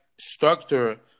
structure